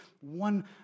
one